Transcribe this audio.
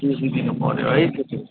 त्यो चाहिँ दिनु पर्यो है त्यो चाहिँ